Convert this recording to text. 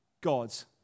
God's